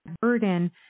burden